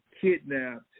kidnapped